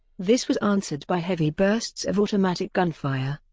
this was answered by heavy bursts of automatic gunfire,